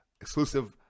exclusive